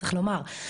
צריך לומר,